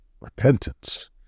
repentance